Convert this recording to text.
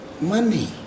Money